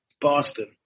Boston